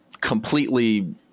completely